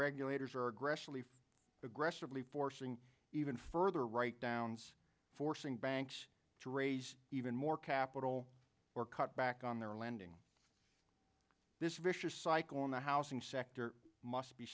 regulators are aggressively aggressively forcing even further write downs forcing banks to raise even more capital or cut back on their lending this vicious cycle in the housing sector must be